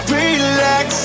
relax